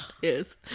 Yes